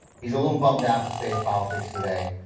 he's a little bummed out at the state of politics today,